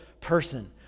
person